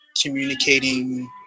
communicating